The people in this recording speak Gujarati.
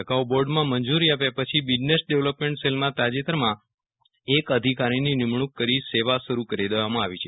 અગાઉ બોર્ડમાં મંજુરી આપ્યા પછી બિઝનેસ ડેવલોપમેન્ટ સેલમાં તાજેતરમાં એક અધિકારીની નિમણૂંક કરી સેવા શરૂ કરી દેવામાં આવી છે